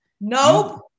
Nope